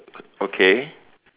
okay